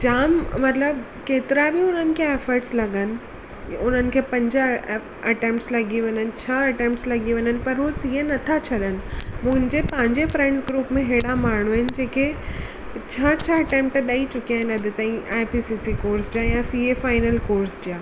जाम मतिलब केतिरा बि हुननि खे एफट्स लगनि की हुननि खे पंजा अटैम्पट्स लॻी वञनि छह अटैम्पट्स लॻी वञनि उहो सीए नथा छॾनि मुहिंजे पंहिंजे फ्रैंडस ग्रूप में अहिड़ा माण्हू आहिनि जेके छह छह अटैम्पट ॾेई चुकिया आहिनि अॼु ताईं आईपीसीसी कोर्स जा या सीए फाइनल कोर्स जा